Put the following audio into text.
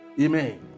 Amen